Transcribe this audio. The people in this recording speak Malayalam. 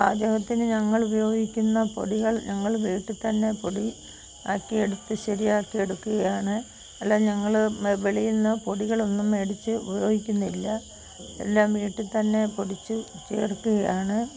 പാചകത്തിന് ഞങ്ങൾ ഉപയോഗിക്കുന്ന പൊടികൾ ഞങ്ങൾ വീട്ടിൽ തന്നെ പൊടി ആക്കിയെടുത്ത് ശരിയാക്കി എടുക്കുകയാണ് അല്ലാതെ ഞങ്ങൾ വെളിയിൽ നിന്ന് പൊടികളൊന്നും മേടിച്ച് ഉപയോഗിക്കുന്നില്ല എല്ലാം വീട്ടിൽ തന്നെ പൊടിച്ച് ചേർക്കുകയാണ്